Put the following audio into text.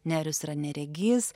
nerius yra neregys